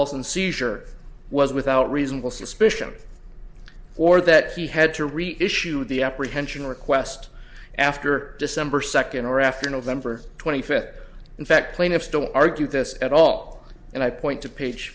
olsen seizure was without reasonable suspicion or that he had to reissue the apprehension request after december second or after november twenty fifth in fact plaintiffs don't argue this at all and i point to page